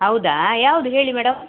ಹೌದಾ ಯಾವುದು ಹೇಳಿ ಮೇಡಮ್